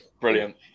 Brilliant